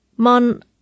Mon